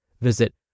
Visit